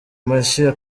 mashyi